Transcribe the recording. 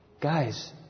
Guys